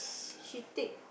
she take